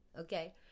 Okay